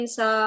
sa